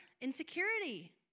insecurity